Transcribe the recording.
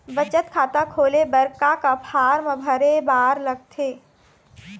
बचत खाता खोले बर का का फॉर्म भरे बार लगथे?